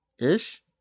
Ish